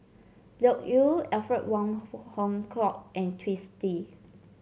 Loke Yew Alfred Wong Hong Kwok and Twisstii